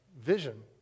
vision